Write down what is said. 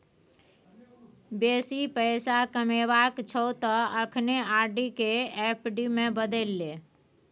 बेसी पैसा कमेबाक छौ त अखने आर.डी केँ एफ.डी मे बदलि ले